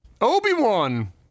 Obi-Wan